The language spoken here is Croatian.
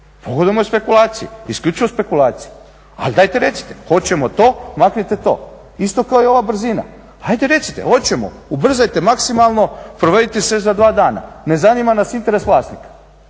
pogodujemo spekulaciji, isključivo spekulaciji. Ali dajte recite hoćemo, maknite to. Isto kao i ova brzine, ajde recite hoćemo, ubrzajte maksimalno, provedite sve za dva dana, ne zanima nas interes vlasnika.